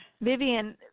Vivian